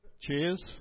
Cheers